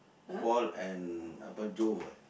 paul and apa Joe ah